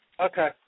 Okay